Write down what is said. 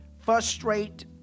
frustrate